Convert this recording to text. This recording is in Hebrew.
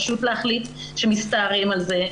פשוט להחליט שמסתערים על זה,